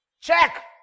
Check